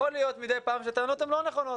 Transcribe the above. יכול להיות מדי פעם שהטענות הן לא נכונות.